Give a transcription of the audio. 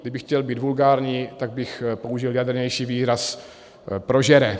Kdybych chtěl být vulgární, tak bych použil jadrnější výraz prožere.